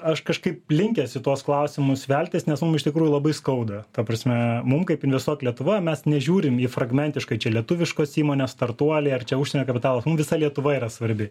aš kažkaip linkęs į tuos klausimus veltis nes iš tikrųjų labai skauda ta prasme mum kaip investuok lietuvoje mes nežiūrim į fragmentiškai čia lietuviškos įmonės startuoliai ar čia užsienio kapitalas mum visa lietuva yra svarbi